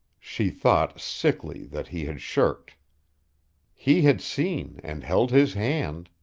she thought, sickly, that he had shirked he had seen, and held his hand.